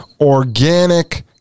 organic